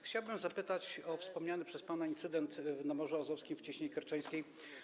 Chciałbym zapytać o wspomniany przez pana incydent na Morzu Azowskim w Cieśninie Kerczeńskiej.